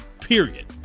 period